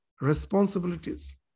responsibilities